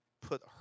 put